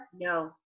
No